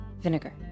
vinegar